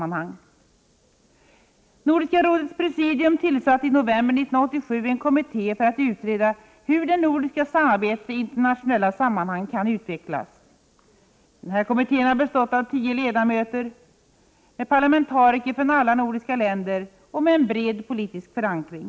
Nordiska rådets presidium tillsatte i november 1987 en kommitté för att ”utreda hur det nordiska samarbetet i internationella sammanhang kan utvecklas”. Kommittén har bestått av 10 parlamentariker från alla nordiska länder, och den har haft en bred politisk förankring.